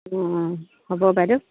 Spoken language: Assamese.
অঁ হ'ব বাইদেউ